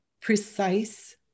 precise